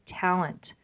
talent